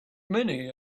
many